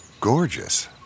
gorgeous